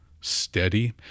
steady